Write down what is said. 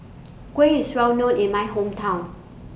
Kuih IS Well known in My Hometown